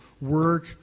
work